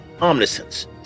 omniscience